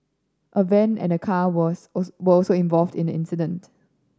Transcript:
a van and car was were also involved in the incident